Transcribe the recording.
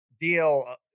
deal